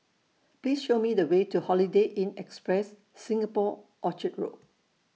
Please Show Me The Way to Holiday Inn Express Singapore Orchard Road